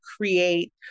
create